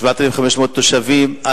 7,500 תושבים,